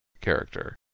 character